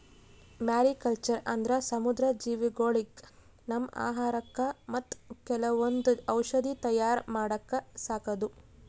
mariculture ಅಂದ್ರ ಸಮುದ್ರ ಜೀವಿಗೊಳಿಗ್ ನಮ್ಮ್ ಆಹಾರಕ್ಕಾ ಮತ್ತ್ ಕೆಲವೊಂದ್ ಔಷಧಿ ತಯಾರ್ ಮಾಡಕ್ಕ ಸಾಕದು